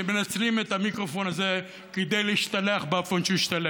שמנצלים את המיקרופון הזה כדי להשתלח באופן שהוא השתלח.